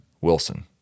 Wilson